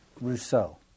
Rousseau